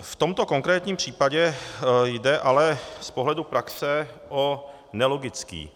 V tomto konkrétním případě jde ale z pohledu praxe o nelogický